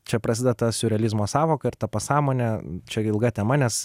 čia prasideda ta siurrealizmo sąvoka ir ta pasąmonė čia ilga tema nes